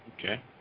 Okay